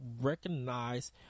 recognize